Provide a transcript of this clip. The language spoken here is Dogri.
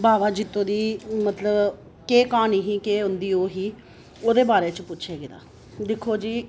बावा जित्तो दी मतलब केह् क्हानी ही मतलब केह् उं'दी ओह् ही ओह्दे बारे च पुच्छेआ गेदा दिक्खो जी